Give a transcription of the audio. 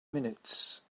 minutes